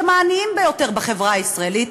שהם העניים ביותר בחברה הישראלית,